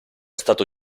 stato